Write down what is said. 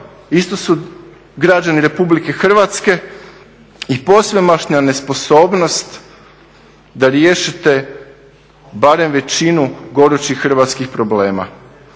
isto su građani Republike Hrvatske i posvemašnja nesposobnost da riješite barem većinu gorućih hrvatskih problema.